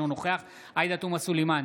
אינו נוכח עאידה תומא סלימאן,